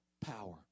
power